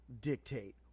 dictate